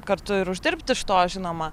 kartu ir uždirbt iš to žinoma